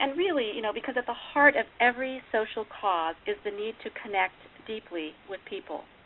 and really you know because at the heart of every social cause is the need to connect deeply with people,